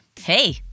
hey